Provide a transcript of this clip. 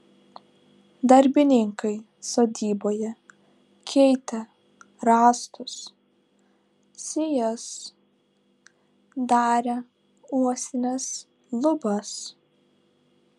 darbininkai sodyboje keitė rąstus sijas darė uosines lubas